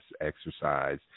exercise